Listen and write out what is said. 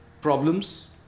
problems